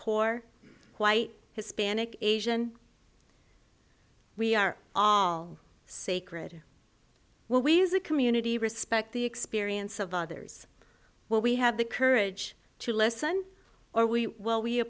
poor white hispanic asian we are all sacred when we as a community respect the experience of others when we have the courage to listen or we will we